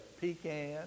pecan